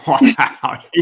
Wow